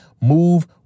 move